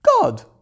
God